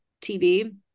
TV